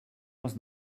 was